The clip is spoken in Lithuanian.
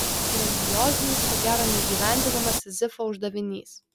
grandiozinis ko gero neįgyvendinamas sizifo uždavinys